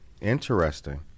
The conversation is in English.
interesting